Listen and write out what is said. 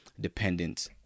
dependent